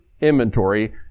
inventory